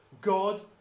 God